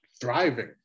Thriving